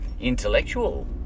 intellectual